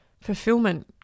fulfillment